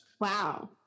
Wow